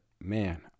man